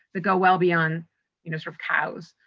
that go well beyond you know sort of cows.